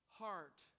heart